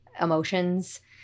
emotions